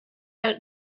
out